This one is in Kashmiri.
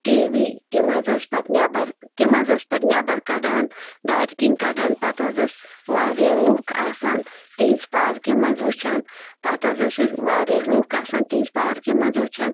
ٹی وی تِم حظ ٲسۍ پَتہٕ نیٚبَر تِم حظ ٲسۍ پَتہٕ نیٚبَر کَڑان دارِ کِنۍ کَڑان پَتہٕ حظ ٲسۍ واریاہ لوٗکھ آسان تِہِنٛزِ پارکہِ منٛز وُچھان پَتہٕ حظ ٲسۍ أسۍ واریاہ لوٗکھ آسان تِہِنٛز پارکہِ منٛز وُچھان